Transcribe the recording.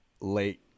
late